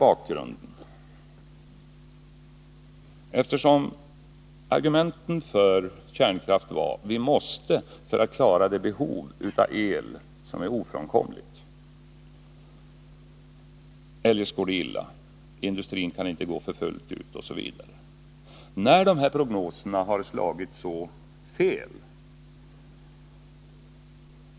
Argumenten för kärnkraften var att vi måste klara det behov av el som blir ofrånkomligt; eljest går det illa, industrin kan inte gå för fullt osv. Men dessa prognoser har slagit grundligt fel.